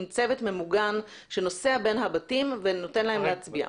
עם צוות ממוגן שנוסע בין הבתים ומאפשר להם להצביע?